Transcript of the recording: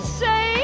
say